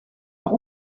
par